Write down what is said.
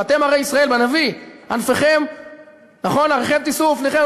"ואתם הרי ישראל" בנביא, "ענפכם תִתנו" נכון?